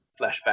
flashback